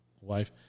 wife